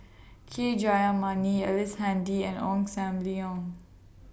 K Jayamani Ellice Handy and Ong SAM Leong